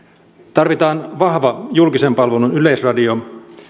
tarvitaan vahva julkisen palvelun yleisradio